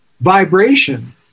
vibration